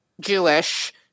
Jewish